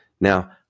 Now